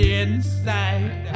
inside